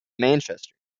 manchester